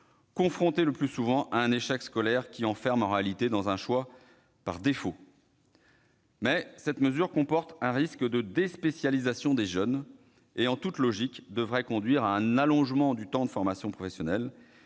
confrontés le plus souvent à un échec scolaire qui les enferme en réalité dans un choix par défaut. Mais cette mesure comporte un risque de « dé-spécialisation » des jeunes et, en toute logique, devrait conduire à un allongement du temps de formation professionnelle.